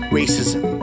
racism